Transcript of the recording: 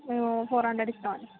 four hundred ఇస్తాము అండి